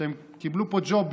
שהם קיבלו פה ג'ובים.